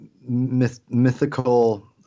mythical